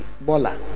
bola